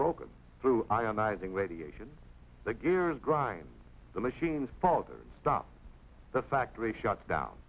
broken through ionizing radiation the gears grind the machines father stop the factory shuts down